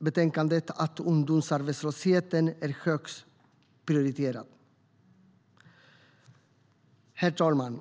betänkandet att ungdomsarbetslösheten är högst prioriterad. Herr talman!